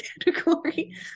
category